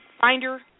finder